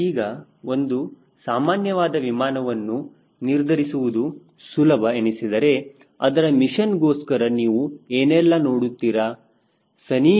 ಈಗ ಒಂದು ಸಾಮಾನ್ಯವಾದ ವಿಮಾನವನ್ನು ನಿರ್ಧರಿಸುವುದು ಸುಲಭ ಎನಿಸಿದರೆ ಅದರ ಮಿಷನ್ ಗೋಸ್ಕರ ನೀವು ಏನೆಲ್ಲ ನೋಡುತ್ತೀರಾ ಸನಿಹ ದಾಗಿ